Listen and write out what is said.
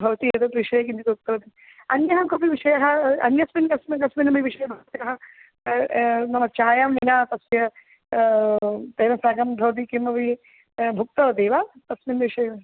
भवती एतत् विषये किञ्चित् उक्तवती अन्यः कोऽपि विषयः अन्यस्मिन् कस्मिन् कस्मिन्नपि विषये भवत्याः नाम चायं विना तस्य तेन साकं भवति किमपि उक्तवती वा तस्मिन् विषये